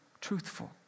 truthful